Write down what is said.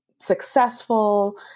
successful